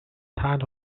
tal